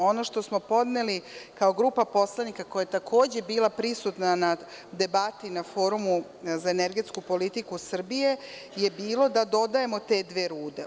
Ono što smo podneli kao grupa poslanika, koja je takođe bila prisutna na debati, na Forumu za energetsku politiku Srbije, je bilo da dodajemo te dve rude.